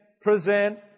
present